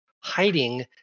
hiding